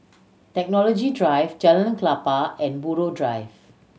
Technology Drive Jalan Klapa and Buroh Drive